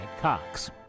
Cox